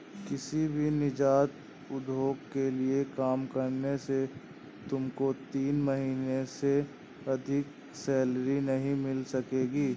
किसी भी नीजात उद्योग के लिए काम करने से तुमको तीन महीने से अधिक सैलरी नहीं मिल सकेगी